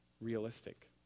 realistic